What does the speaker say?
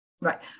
Right